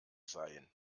seien